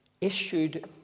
issued